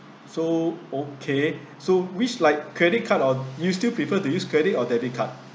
so okay so which like credit card you still prefer to use credit or debit card